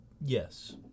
Yes